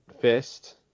fist